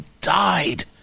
died